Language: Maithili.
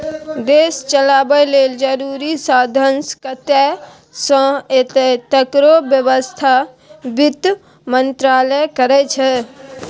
देश चलाबय लेल जरुरी साधंश कतय सँ एतय तकरो बेबस्था बित्त मंत्रालय करै छै